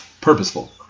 purposeful